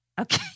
Okay